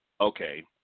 Okay